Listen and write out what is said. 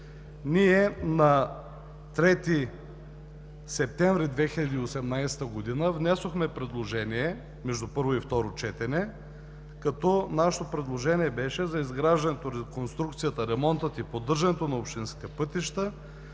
Ние на 3 септември 2018 г. внесохме предложение между първо и второ четене за изграждането, реконструкцията, ремонта и поддържането на общинските пътища